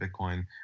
Bitcoin